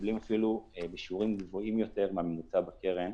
מקבלים אפילו בשיעורים גבוהים יותר מהממוצע בקרן,